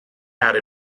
out